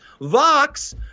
Vox